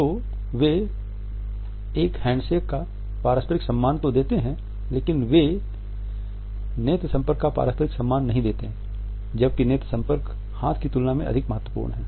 तो वे एक हैंडशेक का पारस्परिक सम्मान तो देते हैं लेकिन कि वे नेत्र संपर्क का पारस्परिक सम्मान नहीं देते जबकि नेत्र संपर्क हाथ की तुलना में अधिक महत्वपूर्ण है